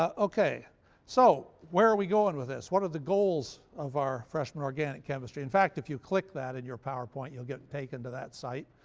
ah so where are we going with this? what are the goals of our freshman organic chemistry? in fact, if you click that in your powerpoint you'll get taken to that site,